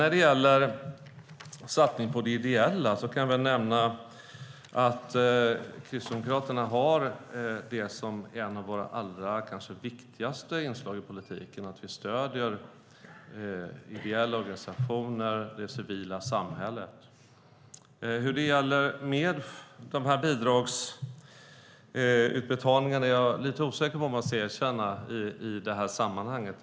När det gäller satsningen på de ideella kan jag nämna att Kristdemokraterna som ett av våra allra viktigaste inslag i politiken har ett stöd till ideella organisationer och det civila samhället. Jag måste erkänna att jag är lite osäker på hur det är med bidragsutbetalningarna i det här sammanhanget.